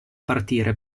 partire